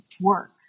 work